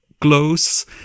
close